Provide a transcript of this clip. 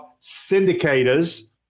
syndicators